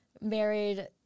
married